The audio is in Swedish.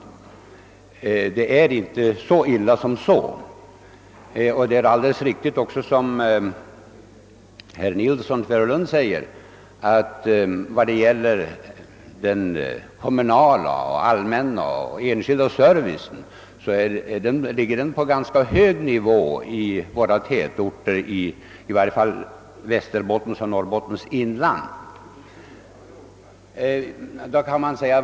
Såsom herr Nilsson i Tvärålund alldeles riktigt påpekade ligger den kommunala, allmänna och enskilda servicen på en ganska hög nivå i våra tätorter, i varje fall i Västerbottens och Norrbottens inland.